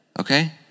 Okay